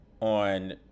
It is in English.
on